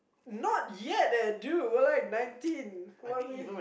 not yet eh dude we're like nineteen what are we